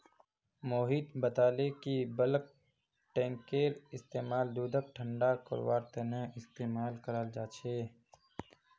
मोहित बताले कि बल्क टैंककेर इस्तेमाल दूधक ठंडा करवार तने इस्तेमाल कराल जा छे